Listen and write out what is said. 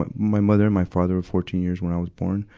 but my mother and my father were fourteen years when i was born,